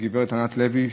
גב' ענת לוי,